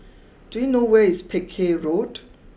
do you know where is Peck Hay Road